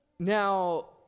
Now